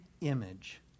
image